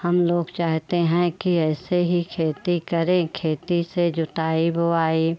हम लोग चाहते हैं कि ऐसे ही खेती करें खेती से जोताई बोवाई